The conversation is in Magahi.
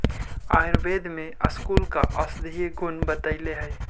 आयुर्वेद में स्कूल का औषधीय गुण बतईले हई